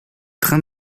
train